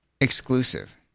exclusive